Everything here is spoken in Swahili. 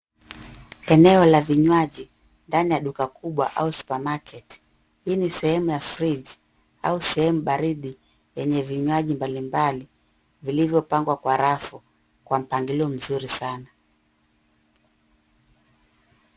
Eneo la vinywaji ndani ya duka kubwa au supermarket hii ni sehemu ya friji au sehemu baridi yenye vinywaji mbalimbali, vilivyopangwa kwa rafu kwa mpangilio mzuri sana.